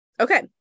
okay